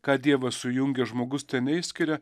ką dievas sujungė žmogus teneišskiria